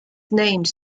named